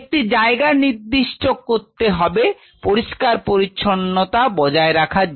একটি জায়গা নিশ্চিত করতে হবে পরিষ্কার পরিছন্নতা বজায় রাখার জন্য